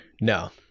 No